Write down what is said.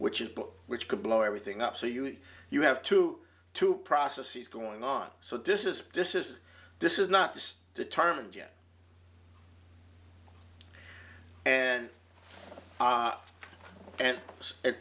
which is which could blow everything up so you you have two two processes going on so this is this is this is not just determined yet and and